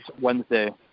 Wednesday